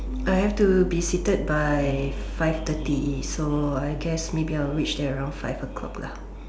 I have to be seated by five thirty so I guess maybe I'll reach there around five o'clock lah